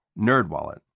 NerdWallet